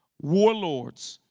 warlords,